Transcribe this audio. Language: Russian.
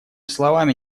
словами